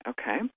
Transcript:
okay